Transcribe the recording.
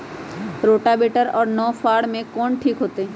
Rotavator और नौ फ़ार में कौन ठीक होतै?